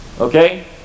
Okay